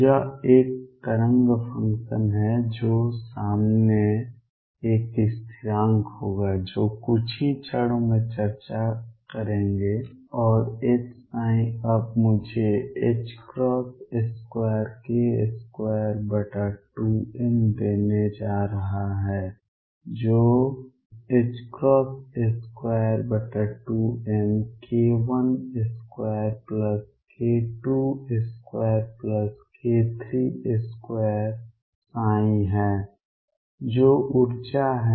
यह एक तरंग फंक्शन है जो सामने एक स्थिरांक होगा जो कुछ ही क्षणों में चर्चा करेंगे और Hψ अब मुझे 2k22m देने जा रहा है जो 22mk12k22k32 ψ है जो ऊर्जा है